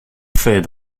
fait